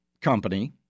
company